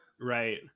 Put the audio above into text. Right